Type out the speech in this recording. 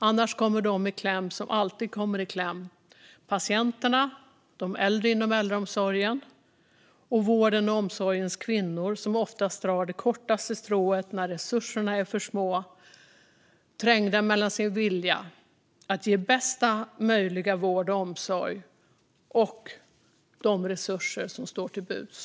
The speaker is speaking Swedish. Annars kommer de i kläm som alltid kommer i kläm: patienterna, de äldre inom äldreomsorgen och vårdens och omsorgens kvinnor som oftast drar det kortaste strået när resurserna är för små, trängda mellan sin vilja att ge bästa möjliga vård och omsorg och de resurser som står till buds.